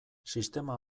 sistema